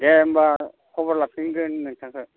दे होम्बा खबर लाफिनगोन नोंथांखौ